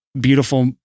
Beautiful